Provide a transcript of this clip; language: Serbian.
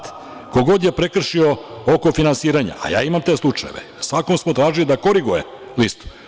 Ko god je prekršio oko finansiranja, a ja imam te slučajeve, svakom smo tražili da koriguje listu.